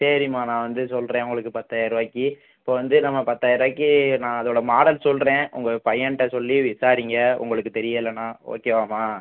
சரிம்மா நான் வந்து சொல்லுறேன் உங்களுக்கு பத்தாயிருவாய்க்கு இப்போ வந்து நம்ம பத்தாயிருவாய்க்கு சரி நான் அதோட மாடல் சொல்லுறேன் உங்கள் பையன்கிட்ட சொல்லி விசாரிங்க உங்களுக்கு தெரியலைன்னா ஓகேவாம்மா